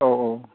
औ औ